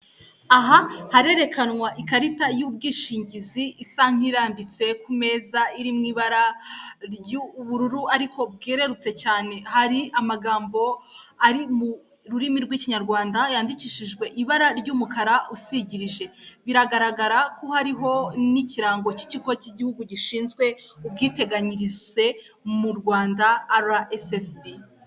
Aha harerekanwa ikarita y'ubwishingizi isa nk'irambitse ku meza iri mu ibara ry'ubururu ariko bwererutse cyane, hari amagambo ari mu rurimi rw'Ikinyarwanda yandikishijwe ibara ry'umukara usigirije, biragaragara ko hariho n'ikirango cy'Ikigo cy'Igihugu Gishinzwe Ubwiteganyirize mu Rwanda RSSB.